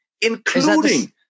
including